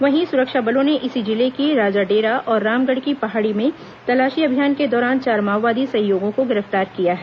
वहीं सुरक्षा बलों ने इसी जिले के राजाडेरा और रामगढ़ की पहाड़ी में तलाशी अभियान के दौरान चार माओवादी सहयोगियों को गिरफ्तार किया है